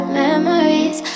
memories